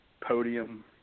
podium